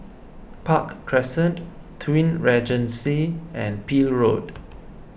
Park Crescent Twin Regency and Peel Road